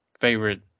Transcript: favorite